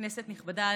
כנסת נכבדה,